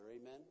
Amen